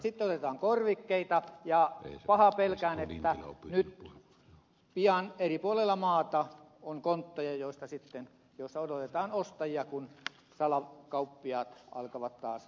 sitten otetaan korvikkeita ja pahaa pelkään että nyt pian eri puolilla maata on kontteja joissa odotetaan ostajia kun salakauppiaat alkavat taas toimia